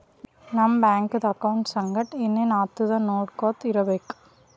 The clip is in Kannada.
ನಮ್ ಬ್ಯಾಂಕ್ದು ಅಕೌಂಟ್ ಸಂಗಟ್ ಏನ್ ಏನ್ ಆತುದ್ ನೊಡ್ಕೊತಾ ಇರ್ಬೇಕ